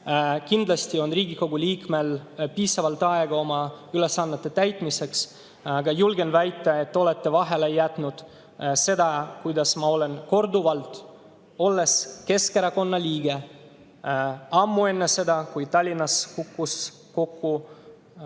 Kindlasti on Riigikogu liikmel piisavalt aega oma ülesannete täitmiseks, aga julgen väita, et olete vahele jätnud selle, kuidas ma olen korduvalt, olles Keskerakonna liige – ammu enne seda, kui Tallinnas kukkus kokku see